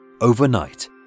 Overnight